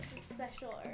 special